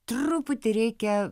truputį reikia